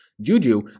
Juju